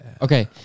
Okay